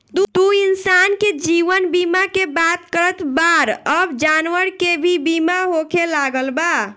तू इंसान के जीवन बीमा के बात करत बाड़ऽ अब जानवर के भी बीमा होखे लागल बा